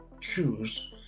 choose